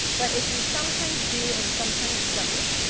but if you sometimes do and sometimes don't,